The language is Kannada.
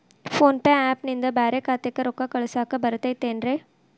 ಫೋನ್ ಪೇ ಆ್ಯಪ್ ನಿಂದ ಬ್ಯಾರೆ ಖಾತೆಕ್ ರೊಕ್ಕಾ ಕಳಸಾಕ್ ಬರತೈತೇನ್ರೇ?